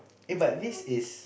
If I this is